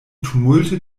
tumulte